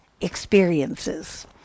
experiences